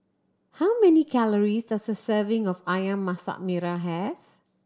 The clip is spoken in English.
how many calories does a serving of Ayam Masak Merah have